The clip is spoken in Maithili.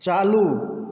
चालू